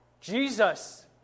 Jesus